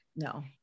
No